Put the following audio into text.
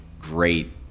great